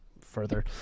further